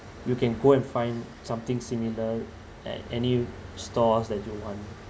you can go and find something similar at any stores that you want